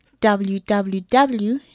www